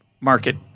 market